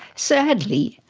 sadly,